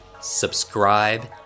Subscribe